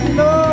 no